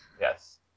Yes